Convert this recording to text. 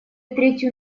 третью